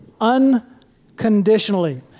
unconditionally